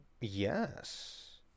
Yes